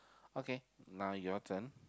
okay now your time